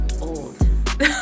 old